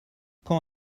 quand